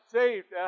saved